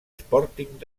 sporting